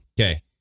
Okay